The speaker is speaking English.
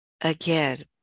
Again